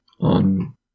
on